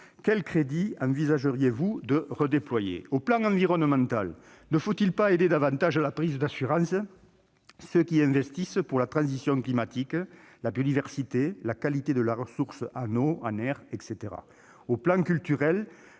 Quels crédits envisageriez-vous de redéployer ? Sur le plan environnemental, ne faut-il pas aider davantage ceux qui investissent pour la transition climatique, la biodiversité, la qualité de la ressource en eau, en air, etc. à prendre